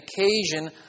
occasion